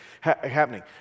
happening